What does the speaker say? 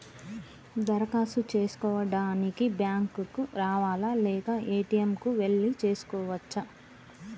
దరఖాస్తు చేసుకోవడానికి బ్యాంక్ కు రావాలా లేక ఏ.టి.ఎమ్ కు వెళ్లి చేసుకోవచ్చా?